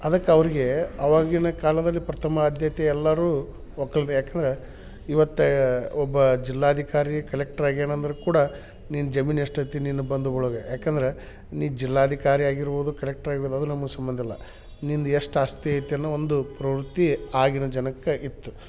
ಅದಕ್ಕೆ ಅವರಿಗೆ ಅವಾಗಿನ ಕಾಲದಲ್ಲಿ ಪ್ರಥಮ ಆದ್ಯತೆ ಎಲ್ಲರೂ ಒಕ್ಕಲ್ಗೆ ಯಾಕಂದ್ರೆ ಇವತ್ತು ಒಬ್ಬ ಜಿಲ್ಲಾಧಿಕಾರಿ ಕಲೆಕ್ಟ್ರ್ ಆಗ್ಯಾನೆ ಅಂದ್ರೆ ಕೂಡ ನಿನ್ನ ಜಮೀನು ಎಷ್ಟೈತಿ ನಿನ್ನ ಬಂಧುಗಳ್ಗೆ ಯಾಕಂದ್ರೆ ನೀ ಜಿಲ್ಲಾಧಿಕಾರಿಯಾಗಿರ್ಬೋದು ಕಲೆಕ್ಟ್ರ್ ಆಗಿರ್ಬೋದು ಅದು ನಮಗ್ ಸಂಬಂಧ ಇಲ್ಲ ನಿಂದು ಎಷ್ಟು ಆಸ್ತಿ ಐತೆ ಎನ್ನೋ ಒಂದು ಪ್ರವೃತ್ತಿ ಆಗಿನ ಜನಕ್ಕೆ ಇತ್ತು